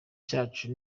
cacu